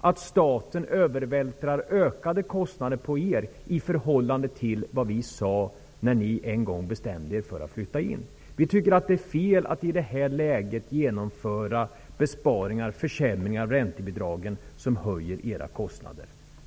att staten vältrar över ökade kostnader på er, i förhållande till vad som sades när ni bestämde er för att flytta in. Det är fel att i det här läget genomföra besparingar och försämringar av räntebidragen som höjer era kostnader.